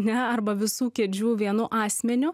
ne arba visų kėdžių vienu asmeniu